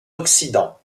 occident